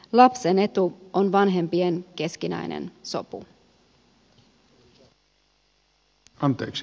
lapsen etu on vanhempien keskinäinen sopu